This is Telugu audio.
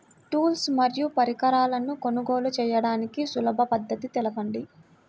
టూల్స్ మరియు పరికరాలను కొనుగోలు చేయడానికి సులభ పద్దతి తెలపండి?